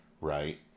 right